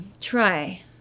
try